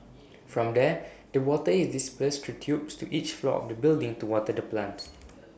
from there the water is dispersed through tubes to each floor of the building to water the plants